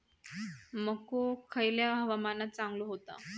मको खयल्या हवामानात चांगलो होता?